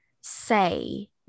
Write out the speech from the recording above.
say